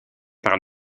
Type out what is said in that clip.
par